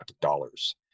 dollars